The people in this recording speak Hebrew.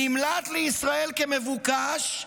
נמלט לישראל כמבוקש,